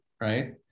right